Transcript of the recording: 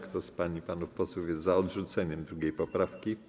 Kto z pań i panów posłów jest za odrzuceniem 2. poprawki,